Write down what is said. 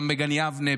גם בגן יבנה,